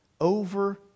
over